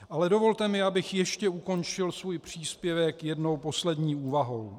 Ale dovolte mi, abych ukončil svůj příspěvek ještě jednou, poslední úvahou.